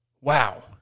Wow